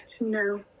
no